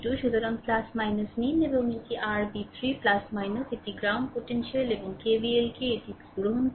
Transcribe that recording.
সুতরাং নিন এবং এটি r v3 এটি গ্রাউন্ড পোটেনশিয়াল এবং KVL কে এটি গ্রহণ করুন